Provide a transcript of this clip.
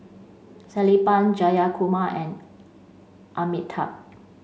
Sellapan Jayakumar and Amitabh